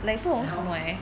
then how